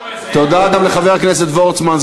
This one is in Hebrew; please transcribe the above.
תודה גם לחבר הכנסת וורצמן,